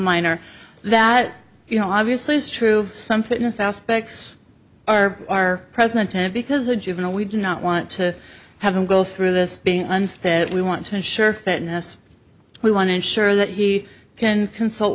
minor that you know obviously is true of some fitness aspects are our present intent because a juvenile we do not want to have them go through this being unfit we want to ensure fairness we want to ensure that he can consult